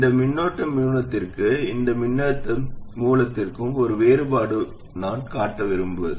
இந்த மின்னோட்ட மூலத்திற்கும் இந்த மின்னழுத்த மூலத்திற்கும் உள்ள வேறுபாட்டை நான் காட்ட விரும்புவது